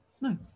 No